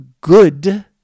good